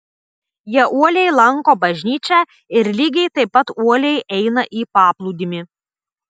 jie uoliai lanko bažnyčią ir lygiai taip pat uoliai eina į paplūdimį